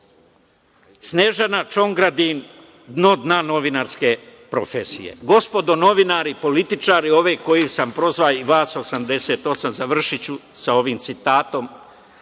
Snežana Čongradin, dno dna novinarske profesije. Gospodo novinari, političari, ove koje sam prozvao i vas 88 osam, završiću sa ovim citatom